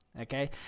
okay